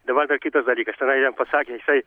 dabar dar kitas dalykas tenai jam pasakė jisai